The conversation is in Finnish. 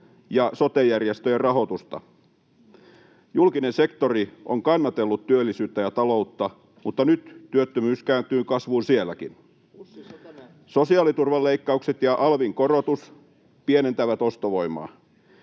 ja sote-järjestöjen rahoitusta. Julkinen sektori on kannatellut työllisyyttä ja taloutta, mutta nyt työttömyys kääntyy kasvuun sielläkin. Sosiaaliturvan leikkaukset ja alvin korotus pienentävät ostovoimaa.